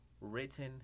written